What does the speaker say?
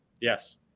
Yes